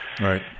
right